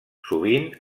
sovint